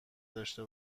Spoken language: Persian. داشته